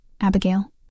Abigail